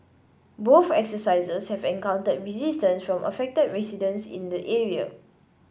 both exercises have encountered resistance from affected residents in the area